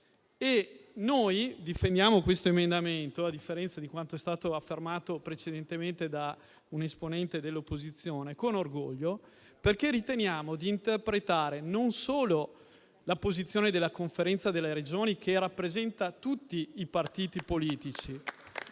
Noi difendiamo con orgoglio l'emendamento 1.0.6, a differenza di quanto è stato affermato precedentemente da un esponente dell'opposizione, perché riteniamo di interpretare non solo la posizione della Conferenza delle Regioni, che rappresenta tutti i partiti politici